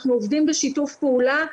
אנחנו עובדים בשיתוף פעולה.